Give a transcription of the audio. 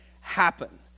happen